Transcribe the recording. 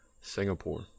Singapore